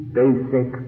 basic